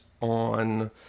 on